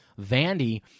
Vandy